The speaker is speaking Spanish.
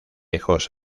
lejos